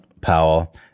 Powell